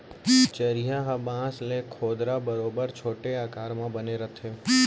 चरिहा ह बांस ले खोदरा बरोबर छोटे आकार म बने रथे